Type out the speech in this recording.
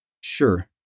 Sure